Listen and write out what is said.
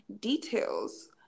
details